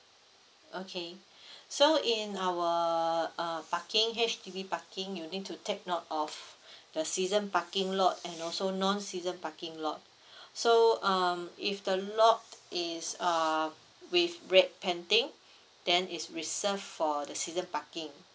okay so in our uh parking H_D_B parking you need to take note of the season parking lots and also non season parking lot so um if the lot is uh with red painting then is reserved for the season parking